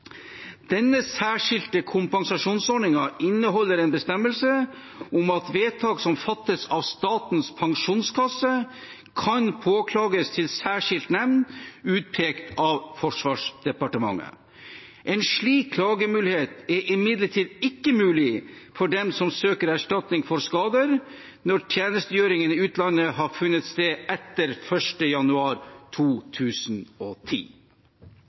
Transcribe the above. Denne særskilte kompensasjonsordningen inneholder en bestemmelse om at vedtak som fattes av Statens pensjonskasse, kan påklages til særskilt nemnd utpekt av Forsvarsdepartementet. En slik klagemulighet er imidlertid ikke mulig for dem som søker erstatning for skader når tjenestegjøringen i utlandet har funnet sted etter 1. januar 2010.